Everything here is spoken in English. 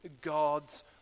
God's